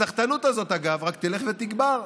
הסחטנות הזאת, אגב, רק תלך ותגבר.